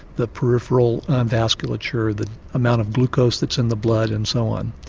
the peripheral vasculature, the amount of glucose that's in the blood and so on.